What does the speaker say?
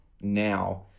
now